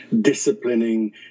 disciplining